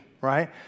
right